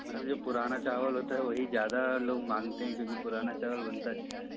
ma'am जो पुराना चावल होता है वही ज़्यादा लोग मांगते हैं क्योंकि पुराना चावल बनता है अच्छा है